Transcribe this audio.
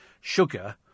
sugar